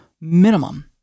minimum